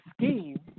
Scheme